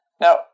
Now